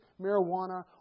marijuana